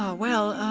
ah well,